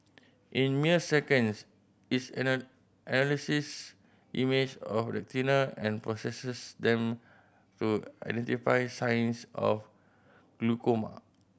in mere seconds it analyses image of retina and processes them to identify signs of glaucoma